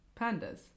Pandas